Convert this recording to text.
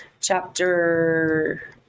chapter